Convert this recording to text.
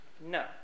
No